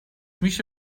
میشه